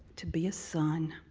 to be a son.